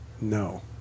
No